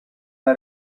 una